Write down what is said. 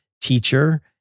teacher